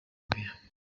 mbere